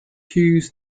hughes